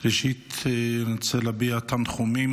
ראשית, אני רוצה להביע תנחומים.